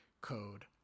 code